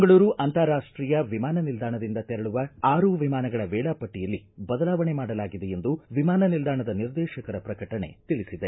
ಮಂಗಳೂರು ಅಂತಾರಾಷ್ಟೀಯ ವಿಮಾನ ನಿಲ್ದಾಣದಿಂದ ತೆರಳುವ ಆರು ವಿಮಾನಗಳ ವೇಳಾಪಟ್ಟಿಯಲ್ಲಿ ಬದಲಾವಣೆ ಮಾಡಲಾಗಿದೆ ಎಂದು ವಿಮಾನ ನಿಲ್ದಾಣದ ನಿರ್ದೇಶಕರ ಪ್ರಕಟಣೆ ತಿಳಿಸಿದೆ